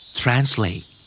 translate